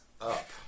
up